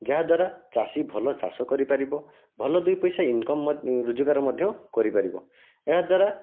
ଯାହାଦ୍ୱାରା ଚାଷୀ ଭଲ ଚାଷ କରିପାରିବ ଭଲ ଦୁଇ ପଇସା ଇନକମ ରୋଜଗାର ମଧ୍ୟ କରିପାରିବ ଏହାଦ୍ୱାରା